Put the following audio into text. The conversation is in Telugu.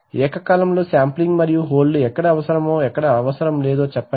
ఏక కాలములో శాంప్లింగ్ మరియు హోల్డ్ ఎక్కడ అవసరమో ఎక్కడ అవసరం లేదో చెప్పండి